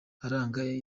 aranga